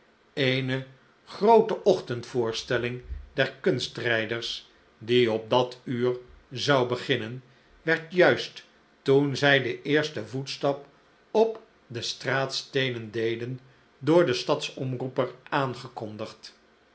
eene groote ochtend voorstelling der kunstrijders die op dat uur zou beginnen werd juist toen zij den eersten voetstap op de straatsteenen deden door den stadsomroeper aangekondigd